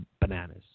bananas